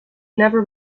never